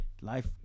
life